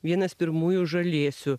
vienas pirmųjų žalėsių